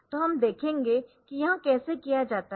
तो हम देखेंगे कि यह कैसे किया जाता है